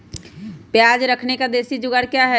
प्याज रखने का देसी जुगाड़ क्या है?